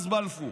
מאז בלפור.